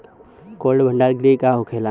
Cold भण्डार गृह का होखेला?